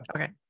okay